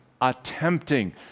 attempting